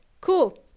Cool